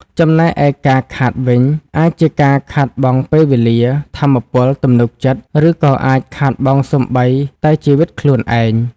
ចំណែកឯការ "ខាត" វិញ អាចជាការខាតបង់ពេលវេលា ថាមពល ទំនុកចិត្ត ឬក៏អាចខាតបង់សូម្បីតែជីវិតខ្លួនឯង។